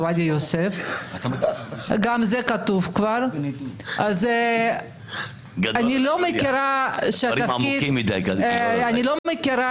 גם זה כתוב כבר -- דברים עמוקים מדי ----- אז אני לא מכירה